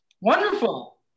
Wonderful